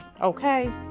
okay